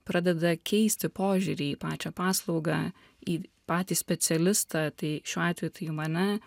pradeda keisti požiūrį į pačią paslaugą į patį specialistą tai šiuo atveju tai mane